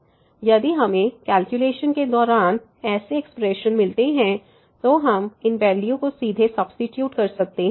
इसलिए यदि हमें कैलकुलेशन के दौरान ऐसे एक्सप्रेशन मिलते हैं तो हम इन वैल्यू को सीधे सब्सीट्यूट कर सकते हैं